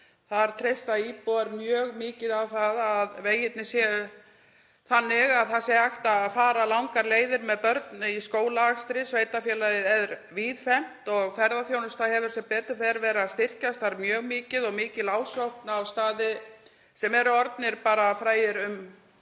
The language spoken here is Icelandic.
Þar treysta íbúar mjög mikið á að vegirnir séu þannig að hægt sé að fara langar leiðir með börn í skólaakstri. Sveitarfélagið er víðfeðmt og ferðaþjónusta hefur sem betur fer verið að styrkjast mjög mikið og mikil ásókn á staði sem eru orðnir frægir um